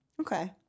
Okay